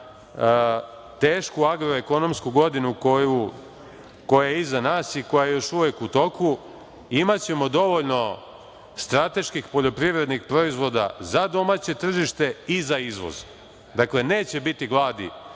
tešku agroekonomsku godinu koja je iza nas i koja je još uvek u toku imaćemo dovoljno strateških poljoprivrednih proizvoda za domaće tržište i za izvoz. Dakle, neće biti gladi